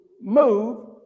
move